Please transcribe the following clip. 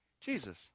jesus